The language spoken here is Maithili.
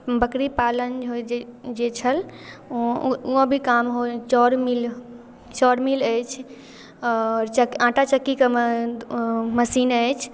बकरी पालन होइत जे जे छल ओ ओ अभी काम होइ चाउर मिल चाउर मिल अछि आओर चक्की आटा चक्कीके मशीन अछि